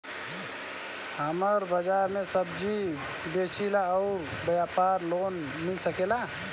हमर बाजार मे सब्जी बेचिला और व्यापार लोन मिल सकेला?